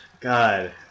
god